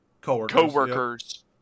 co-workers